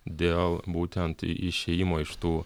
dėl būtent išėjimo iš tų